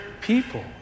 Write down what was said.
people